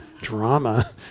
drama